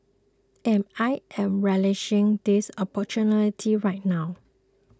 and I am relishing this opportunity right now